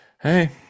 hey